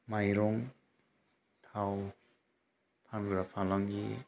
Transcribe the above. माइरं थाव फानग्रा फालांगि